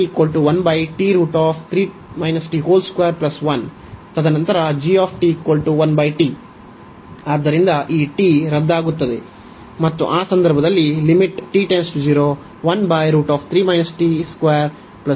ತದನಂತರ g 1 t ಆದ್ದರಿಂದ ಈ t ರದ್ದಾಗುತ್ತದೆ ಮತ್ತು ಆ ಸಂದರ್ಭದಲ್ಲಿ 1 √10 ಪಡೆಯಿರಿ